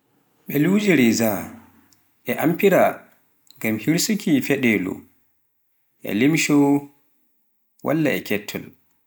beluuje reza e amfira ngam hirsuuki feɗeelo, e limsho walla kettol.